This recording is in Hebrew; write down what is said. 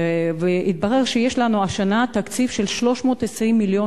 התברר שיש לנו השנה תקציב של 320 מיליון